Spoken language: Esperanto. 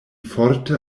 forte